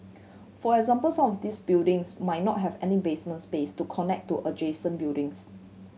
for example some of these buildings might not have any basement space to connect to adjacent buildings